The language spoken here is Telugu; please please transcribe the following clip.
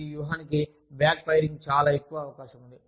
ఈ వ్యూహానికి బ్యాక్ఫైరింగ్కు చాలా ఎక్కువ అవకాశం ఉంది